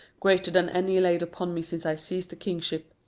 greater than any laid upon me since i seized the kingship.